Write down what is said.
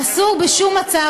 אסור בשום מצב,